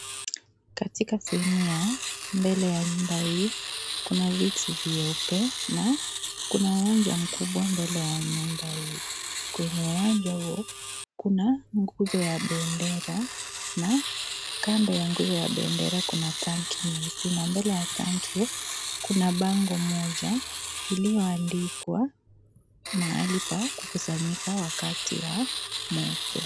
Katika sehemu ya mbele ya nyumba hii kuna viti vyeupe na kuna uwanja mkubwa mbele ya nyumba hii. Kwenye uwanja huu kuna nguzo ya bendera na kando ya nguzo ya bendera, kuna tanki nyeusi na mbele ya tanki kuna bango moja iliyoandikwa mahali pa kukusanyika wakati wa moto.